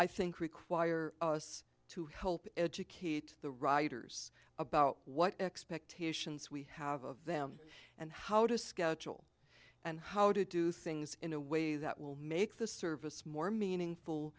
i think require us to help educate the riders about what expectations we have of them and how to schedule and how to do things in a way that will make the service more meaningful